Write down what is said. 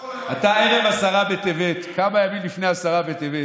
אתה ערב עשרה בטבת, כמה ימים לפני עשרה בטבת.